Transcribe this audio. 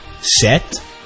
set